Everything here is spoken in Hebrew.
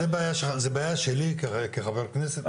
זו בעיה שלי כחבר כנסת?